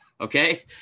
okay